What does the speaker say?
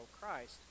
Christ